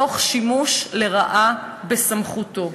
תוך שימוש לרעה בסמכותו.